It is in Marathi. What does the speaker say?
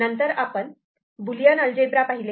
नंतर आपण बुलियन अल्जेब्रा पाहिले